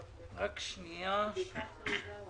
אתה רוצה להתייחס לעניין הזה או לעניין הבא?